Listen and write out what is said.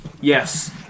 Yes